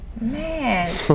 man